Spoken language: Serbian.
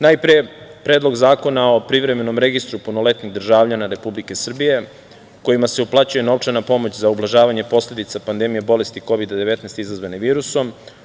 Najpre, Predlog zakona o privremenom registru punoletnih državljana Republike Srbije kojima se uplaćuje novčana pomoć za ublažavanje posledica pandemije bolesti Kovida-19 izazvane virusom.